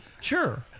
Sure